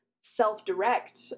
self-direct